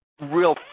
real